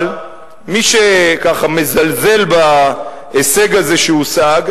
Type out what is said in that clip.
אבל מי שמזלזל בהישג הזה שהושג,